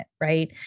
Right